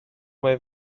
mai